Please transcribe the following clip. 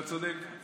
אתה צודק.